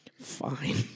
Fine